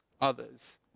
others